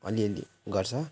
अलि अलि गर्छ